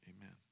amen